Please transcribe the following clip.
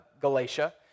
Galatia